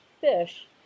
fish